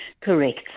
Correct